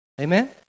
Amen